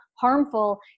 Harmful